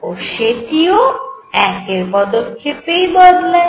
ও সেটিও 1 এর পদক্ষেপেই বদলায়